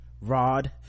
Rod